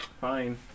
fine